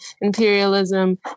imperialism